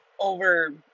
over